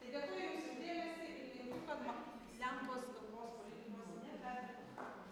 tai dėkoju jums už dėmsį ir linkiu kad ma lempos kalbos politikos neperdegtų